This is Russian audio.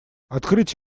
открыть